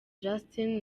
justin